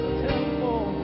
temple